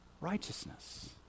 righteousness